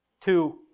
Two